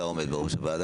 אתה עומד בראש הוועדה.